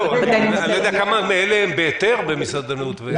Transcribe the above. אני לא יודע כמה מאלה הם בהיתר, במסעדנות וכולי.